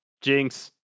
jinx